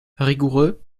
rigoureux